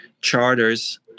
charters